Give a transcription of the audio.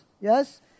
Yes